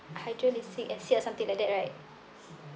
hydrolixic acid or something like that right